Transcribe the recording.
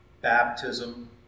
Baptism